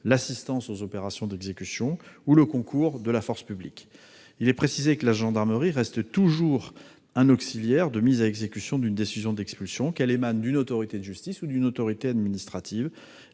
l'assistance aux opérations d'exécution » et le « concours de la force publique ». Il est précisé que la gendarmerie reste toujours un auxiliaire de « mise à exécution » d'une décision d'expulsion, qu'elle émane d'une autorité de justice ou d'une autorité administrative.